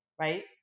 Right